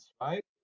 right